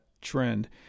trend